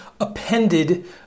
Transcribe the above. appended